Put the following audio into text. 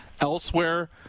elsewhere